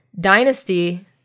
Dynasty